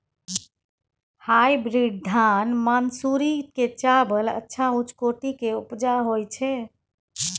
Hybrid धान मानसुरी के चावल अच्छा उच्च कोटि के उपजा होय छै?